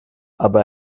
aber